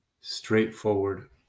straightforward